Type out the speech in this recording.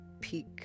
peak